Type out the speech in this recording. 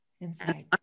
Inside